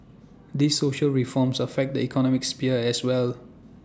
these social reforms affect the economic sphere as well